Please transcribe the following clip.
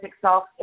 self